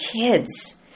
kids